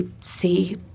see